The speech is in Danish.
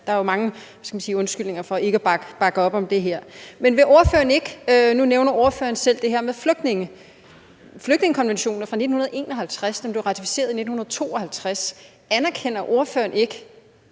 der er jo mange undskyldninger for ikke at bakke op om det her. Nu nævner ordføreren selv det her med flygtninge. Flygtningekonventionen er fra 1951, og den blev ratificeret i 1952. Anerkender ordføreren ikke,